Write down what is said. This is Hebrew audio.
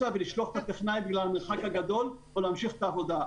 ולשלוח את הטכנאי בגלל המרחק הגדול או להמשיך את העבודה.